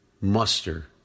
muster